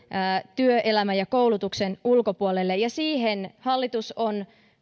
työelämän ja koulutuksen ulkopuolelle ja myöskin siihen hallitus on